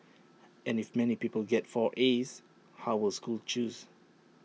and if many pupils get four as how will schools choose